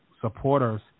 supporters